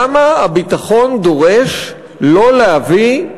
למה הביטחון דורש לא להביא,